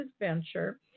adventure